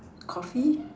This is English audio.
Coffee